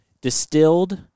distilled